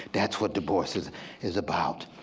that's what du bois so is is about.